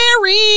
Mary